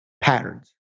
Patterns